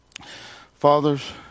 Fathers